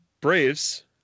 Braves